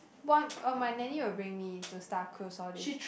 one orh my nanny will bring me to star cruise all these